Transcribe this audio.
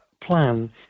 plan